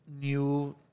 new